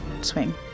swing